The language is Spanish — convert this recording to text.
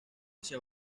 hacia